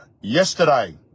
yesterday